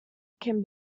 can